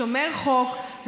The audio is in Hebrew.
שומר חוק,